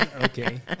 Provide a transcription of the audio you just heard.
okay